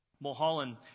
Mulholland